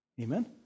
Amen